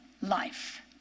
life